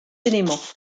éléments